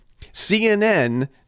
CNN